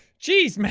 geez,